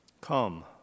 Come